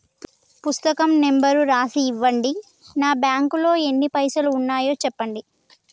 పుస్తకం నెంబరు రాసి ఇవ్వండి? నా బ్యాంకు లో ఎన్ని పైసలు ఉన్నాయో చెప్పండి?